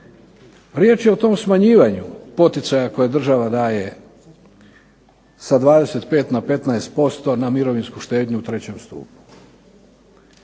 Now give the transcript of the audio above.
Riječ je o tom smanjivanju poticaja koje država daje sa 25 na 15% na mirovinsku štednju u trećem stupnju.